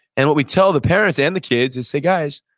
and what we tell the parents and the kids and say, guys,